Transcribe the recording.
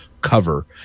cover